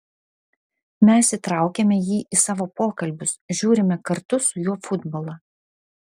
mes įtraukiame jį į savo pokalbius žiūrime kartu su juo futbolą